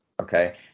okay